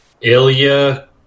Ilya